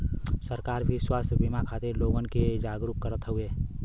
सरकार भी स्वास्थ बिमा खातिर लोगन के जागरूक करत हउवे